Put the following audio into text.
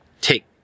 take